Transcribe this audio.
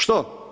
Što?